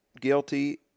guilty